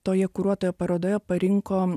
toje kuruotoje parodoje parinko